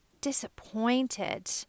disappointed